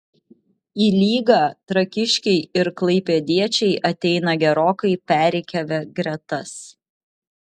į lygą trakiškiai ir klaipėdiečiai ateina gerokai perrikiavę gretas